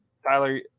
Tyler